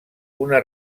una